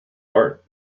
bart